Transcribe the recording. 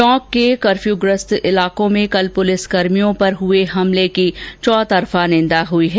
टोंक के कपर्यूग्रस्त इलाकों में कल पुलिसकर्मियों पर हुए हमले की चौतरफा निंदा हुई है